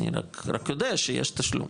אני רק יודע שיש תשלום.